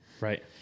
Right